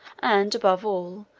and above all,